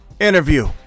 interview